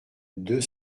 deux